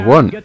One